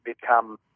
become